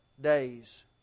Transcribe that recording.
days